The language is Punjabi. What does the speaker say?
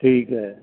ਠੀਕ ਹੈ